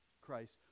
Christ